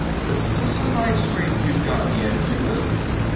this is a nice scrape you've got me into, isn't it?